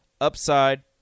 Upside